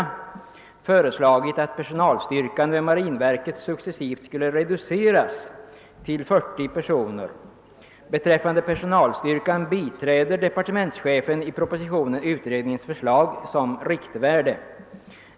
Etapp 2» föreslagit att personalstyrkan vid denna verkstad successivt skulle reduceras till 40 personer. Beträffande personalstyrkan biträder departementschefen i propositionen utredningens förslag som riktvärde.